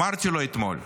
אמרתי לו אתמול,